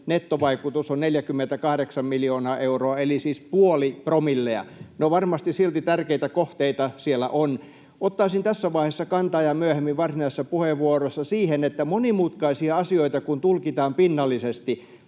nettovaikutus on 48 miljoonaa euroa eli siis puoli promillea. No varmasti silti tärkeitä kohteita siellä on. Ottaisin tässä vaiheessa ja myöhemmin varsinaisessa puheenvuorossa kantaa siihen, että kun monimutkaisia asioita tulkitaan pinnallisesti,